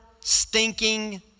stinking